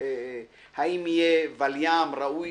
אם יהיה ולי"ם ראוי